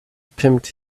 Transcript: pimped